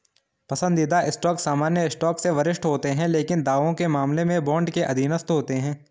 पसंदीदा स्टॉक सामान्य स्टॉक से वरिष्ठ होते हैं लेकिन दावों के मामले में बॉन्ड के अधीनस्थ होते हैं